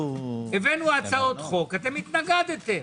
הבאנו הצעות חוק ואתם התנגדתם.